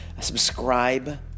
subscribe